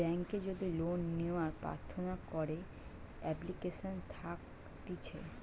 বেংকে যদি লোন লেওয়ার প্রার্থনা করে এপ্লিকেশন থাকতিছে